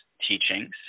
teachings –